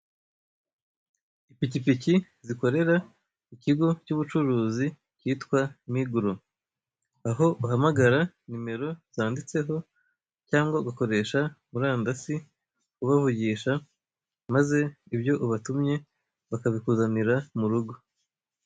Ipikipiki zikorera ikigo cy'ubucuruzi cyitwa migro aho uhamagara nimero zanditseho cyangwa ugakoresha murandasi ubavugisha maze ibyo ubatumye bakabikuzanira murugo.